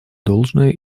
должное